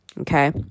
Okay